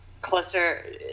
closer